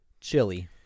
chili